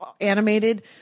animated